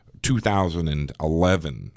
2011